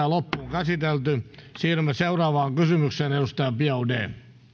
siirrymme seuraavaan kysymykseen edustaja biaudet